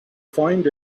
find